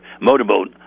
motorboat